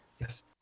Yes